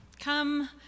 Come